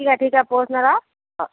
ठीक आहे ठीक आहे पोहचणार आहो हां